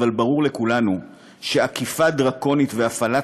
אבל ברור לכולנו שאכיפה דרקונית והפעלת